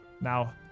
Now